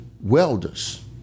welders